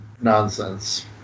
nonsense